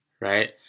right